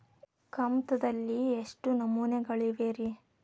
ಕಮತದಲ್ಲಿ ಎಷ್ಟು ನಮೂನೆಗಳಿವೆ ರಿ?